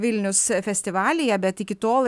vilnius festivalyje bet iki tol